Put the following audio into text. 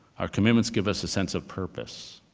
our commitments give us a sense of purpose,